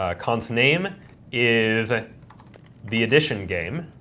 ah const name is ah the addition game.